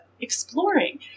exploring